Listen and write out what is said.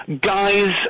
guys